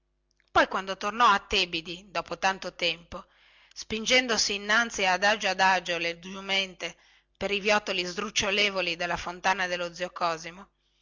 poi quando tornò a tebidi dopo tanto tempo spingendosi innanzi adagio adagio le giumente per i viottoli sdrucciolevoli della fontana dello zio cosimo